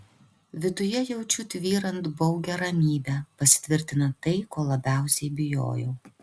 viduje jaučiu tvyrant baugią ramybę pasitvirtina tai ko labiausiai bijojau